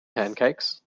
pancakes